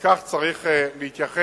וכך צריך להתייחס